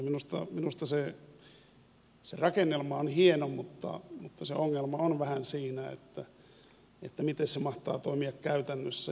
minusta se rakennelma on hieno mutta se ongelma on vähän siinä miten se mahtaa toimia käytännössä